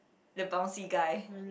the bouncy guy